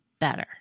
better